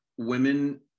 women